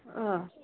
औ